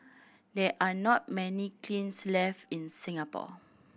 there are not many kilns left in Singapore